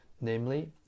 namely